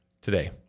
today